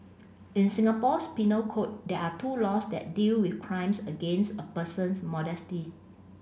in Singapore's penal code there are two laws that deal with crimes against a person's modesty